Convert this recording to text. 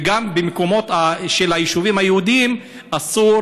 וגם במקומות של היישובים היהודיים אסור